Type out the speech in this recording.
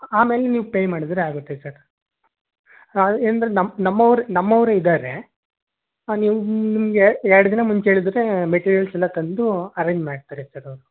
ಆಮೇಲೆ ನೀವು ಪೇಯ್ ಮಾಡಿದರಾಗತ್ತೆ ಸರ್ ಅಂದರೆ ನಮ್ಮವರೇ ನಮ್ಮವರೇ ಇದ್ದಾರೆ ನಿಮಗೆ ಎರಡು ದಿನ ಮುಂಚೆ ಹೇಳಿದರೆ ಮೆಟೀರಿಯಲ್ಸ್ ಎಲ್ಲ ತಂದು ಅರೆಂಜ್ ಮಾಡ್ತಾರೆ ಸರ್ ಅವರು